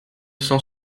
cent